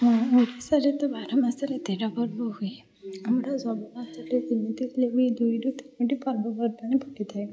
ଓଡ଼ିଶାରେ ତ ବାର ମାସରେ ତେର ପର୍ବ ହୁଏ ଆମର ସବୁ ମାସରେ ଯେମିତି ହେଲେ ବି ଦୁଇରୁ ତିନୋଟି ପର୍ବପର୍ବାଣୀ ପଡ଼ିଥାଏ